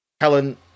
Helen